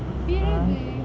ah